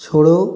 छोड़ो